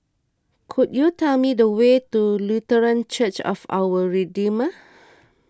could you tell me the way to Lutheran Church of Our Redeemer